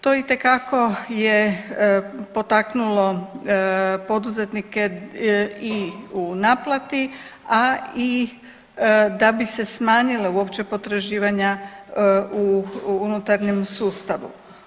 To itekako je potaknulo poduzetnike i u naplati, a i da bi se smanjile uopće potraživanja u unutarnjem sustavu.